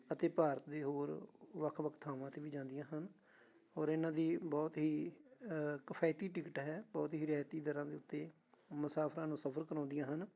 ਅਤੇ ਭਾਰਤ ਦੇ ਹੋਰ ਵੱਖ ਵੱਖ ਥਾਵਾਂ 'ਤੇ ਵੀ ਜਾਂਦੀਆਂ ਹਨ ਔਰ ਇਹਨਾਂ ਦੀ ਬਹੁਤ ਹੀ ਕਫਾਇਤੀ ਟਿਕਟ ਹੈ ਬਹੁਤ ਹੀ ਰਿਆਇਤੀ ਦਰਾਂ ਦੇ ਉੱਤੇ ਮੁਸਾਫਰਾਂ ਨੂੰ ਸਫ਼ਰ ਕਰਾਉਂਦੀਆਂ ਹਨ